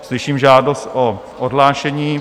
Slyším žádost o odhlášení.